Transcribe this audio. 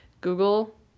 Google